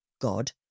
God